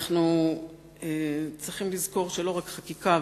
אנחנו צריכים לזכור שלא רק חקיקה,